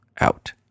out